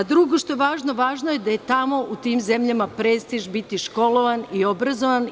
Drugo, važno je da je tamo u tim zemljama prestiž biti školovan i obrazovan.